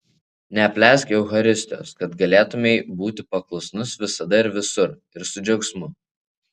neapleisk eucharistijos kad galėtumei būti paklusnus visada ir visur ir su džiaugsmu